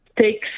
takes